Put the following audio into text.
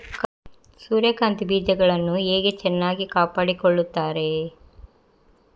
ಸೂರ್ಯಕಾಂತಿ ಬೀಜಗಳನ್ನು ಹೇಗೆ ಚೆನ್ನಾಗಿ ಕಾಪಾಡಿಕೊಳ್ತಾರೆ?